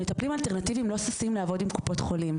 המטפלים האלטרנטיביים לא ששים לעבוד עם קופות חולים,